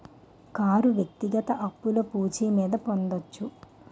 car వ్యక్తిగత అప్పులు పూచి మీద పొందొచ్చు